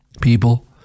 People